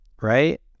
right